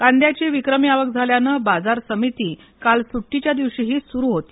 कांद्याची विक्रमी आवक झाल्यानं बाजार समिती काल सुट्टीच्या दिवशीही सुरु होती